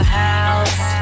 house